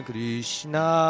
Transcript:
Krishna